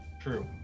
true